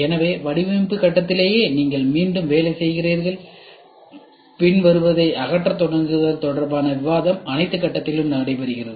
எனவே வடிவமைப்பு கட்டத்திலேயே நீங்கள் மீண்டும் வேலை செய்கிறீர்கள் பின்வருவதை அகற்றத் தொடங்குதல் தொடர்பான விவாதம் அனைத்து கட்டத்திலும் நடைபெறுகிறது